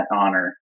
honor